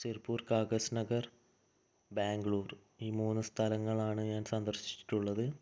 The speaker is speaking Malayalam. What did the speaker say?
സിർപ്പൂർ കാഗസ് നഗർ ബാംഗ്ലൂർ ഈ മൂന്ന് സ്ഥലങ്ങളാണ് ഞാൻ സന്ദർശിച്ചിട്ടുള്ളത്